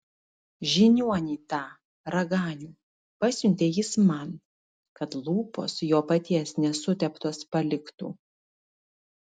žiniuonį tą raganių pasiuntė jis man kad lūpos jo paties nesuteptos paliktų